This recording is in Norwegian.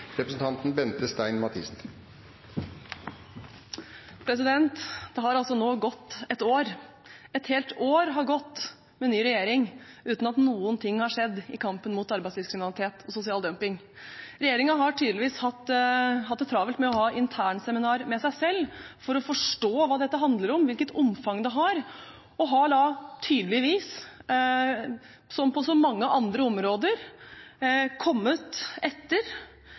skjedd i kampen mot arbeidslivskriminalitet og sosial dumping. Regjeringen har tydeligvis hatt det travelt med å ha internseminar med seg selv for å forstå hva dette handler om, og hvilket omfang det har, og har da tydeligvis – som på så mange andre områder – kommet etter,